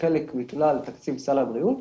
כחלק מכלל תקציב סל הבריאות,